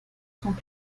sont